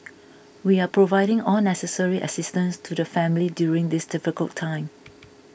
we are providing all necessary assistance to the family during this difficult time